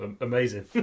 amazing